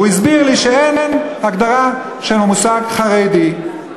והוא הסביר לי שאין הגדרה של המושג "חרדי".